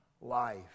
life